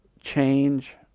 change